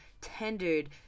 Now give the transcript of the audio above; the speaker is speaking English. tendered